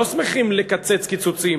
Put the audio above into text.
לא שמחים לקצץ קיצוצים,